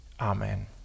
Amen